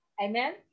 Amen